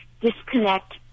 disconnect